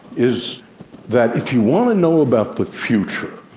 is that if you want to know about future,